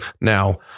Now